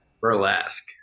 Burlesque